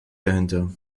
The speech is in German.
dahinter